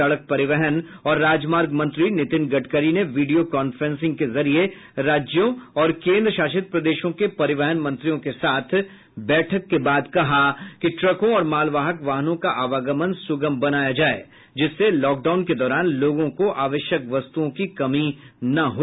सड़क परिवहन और राजमार्ग मंत्री नितिन गडकरी ने वीडियो कॉफ्रेंस के जरिए राज्यों और केंद्र शासित प्रदेशों के परिवहन मंत्रियों के साथ बैठक के बाद कहा कि ट्रकों और मालवाहक वाहनों का आवागमन सुगम बनाया जाये जिससे लॉकडाउन के दौरान लोगों को आवश्यक वस्तुओं की कमी न हो